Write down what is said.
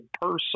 person